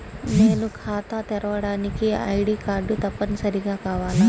నేను ఖాతా తెరవడానికి ఐ.డీ కార్డు తప్పనిసారిగా కావాలా?